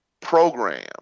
program